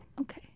Okay